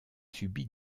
subi